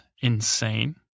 insane